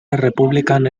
errepublikan